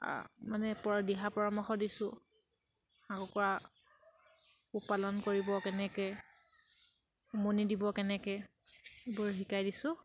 মানে দিহা পৰামৰ্শ দিছোঁ হাঁহ কুকুৰা পোহপালন কৰিব কেনেকে উমনি দিব কেনেকে এইবোৰ শিকাই দিছোঁ